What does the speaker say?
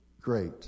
great